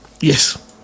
Yes